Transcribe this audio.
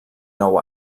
nou